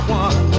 one